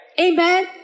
Amen